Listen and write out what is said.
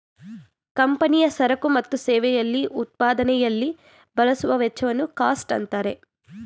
ಕಂಪನಿಯ ಸರಕು ಮತ್ತು ಸೇವೆಯಲ್ಲಿ ಉತ್ಪಾದನೆಯಲ್ಲಿ ಬಳಸುವ ವೆಚ್ಚವನ್ನು ಕಾಸ್ಟ್ ಅಂತಾರೆ